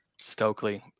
Stokely